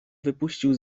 wypuścił